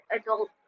adult